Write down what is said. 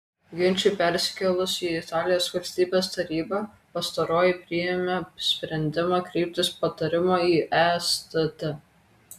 ginčui persikėlus į italijos valstybės tarybą pastaroji priėmė sprendimą kreiptis patarimo į estt